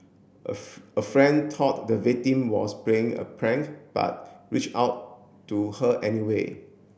a a friend thought the victim was playing a prank but reached out to her anyway